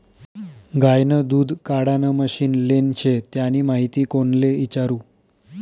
गायनं दूध काढानं मशीन लेनं शे त्यानी माहिती कोणले इचारु?